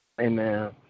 Amen